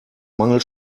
mangel